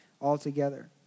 altogether